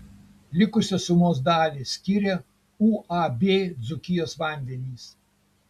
likusią sumos dalį skiria uab dzūkijos vandenys